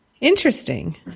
Interesting